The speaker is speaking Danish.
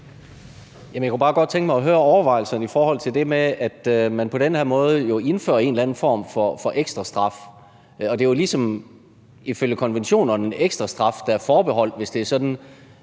jeg kunne bare godt tænke mig at høre overvejelserne i forhold til det med, at man på den her måde jo indfører en eller anden form for ekstra straf. Det er jo ligesom ifølge konventionerne en ekstra straf, der er forbeholdt det, at man